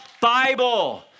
Bible